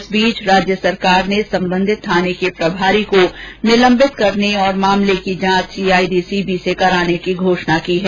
इस बीच राजय सरकार ने संबंधित थाने के प्रभारी को निलंबित करने तथा मामले की जांच सीआईडी सीबी से कराने की घोषणा की है